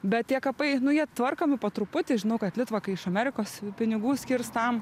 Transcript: bet tie kapai nu jie tvarkomi po truputį žinau kad litvakai iš amerikos pinigų skirs tam